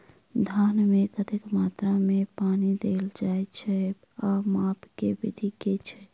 धान मे कतेक मात्रा मे पानि देल जाएँ छैय आ माप केँ विधि केँ छैय?